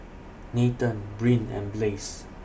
Nathen Brynn and Blaze